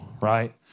right